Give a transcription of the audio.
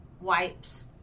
wipes